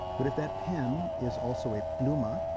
but if that pen is also a pluma,